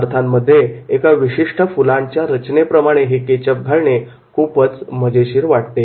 पदार्थांमध्ये एका विशिष्ट फुलांच्या रचनेप्रमाणे हे केचप घालणे खूपच मजेशीर वाटते